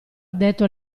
addetto